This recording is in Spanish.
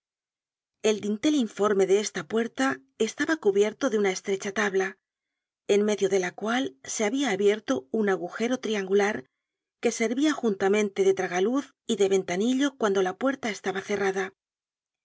el dintel informe de esta puerta estaba cubierto de una estrecha tabla en medio de la cual se habia abierto un agujero triangular que servia juntamente de tragaluz y ventanillo cuando la puerta estaba cerrada